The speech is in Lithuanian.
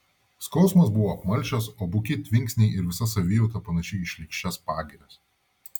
skausmas buvo apmalšęs o buki tvinksniai ir visa savijauta panaši į šlykščias pagirias